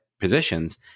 positions